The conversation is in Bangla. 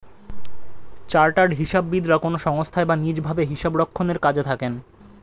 চার্টার্ড হিসাববিদরা কোনো সংস্থায় বা নিজ ভাবে হিসাবরক্ষণের কাজে থাকেন